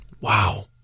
Wow